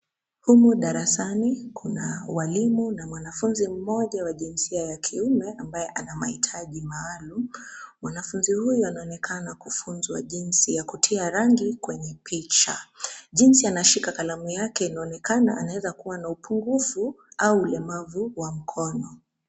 Humu darasani kuna walimu na mwanafunzi mmoja wa jinsia ya kiume ambaye ana mahitaji maalum. Mwanafunzi huyu anaonekana kufunzwa jinsi ya kutia rangi kwenye picha. Jinsi anashika kalamu yake inaonekana anaweza kuwa na upungufu au ulemavu wa mkono.